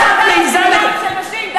לא דאגת לסמינרים של נשים.